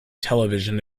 television